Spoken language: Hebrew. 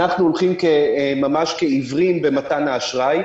אנחנו הולכים ממש כעיוורים במתן האשראי.